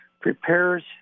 prepares